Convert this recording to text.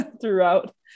throughout